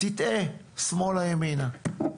ותטעה שמאלה או ימינה.